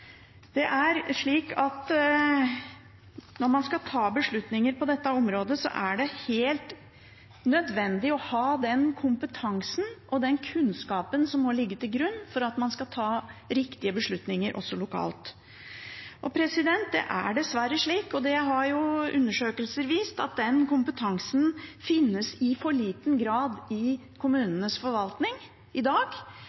Når man skal ta beslutninger på dette området, er det helt nødvendig å ha den kompetansen og den kunnskapen som må ligge til grunn for at man skal ta riktige beslutninger, også lokalt. Det er dessverre slik, og det har undersøkelser vist, at den kompetansen i for liten grad finnes i